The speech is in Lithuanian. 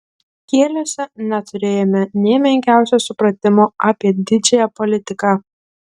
kieliuose neturėjome nė menkiausio supratimo apie didžiąją politiką